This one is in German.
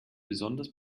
besonders